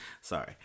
Sorry